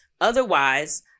Otherwise